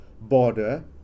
border